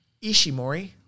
Ishimori